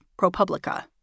ProPublica